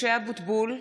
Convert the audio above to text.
(קוראת בשמות חברי הכנסת) משה אבוטבול,